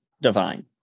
divine